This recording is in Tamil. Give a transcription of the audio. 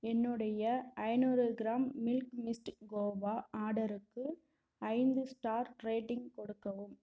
என்னுடைய ஐநூறு கிராம் மில்க்மிஸ்ட் கோவா ஆர்டருக்கு ஐந்து ஸ்டார் ரேட்டிங் கொடுக்கவும்